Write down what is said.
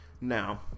now